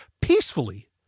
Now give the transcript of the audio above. peacefully